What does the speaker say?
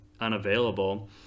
unavailable